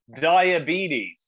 diabetes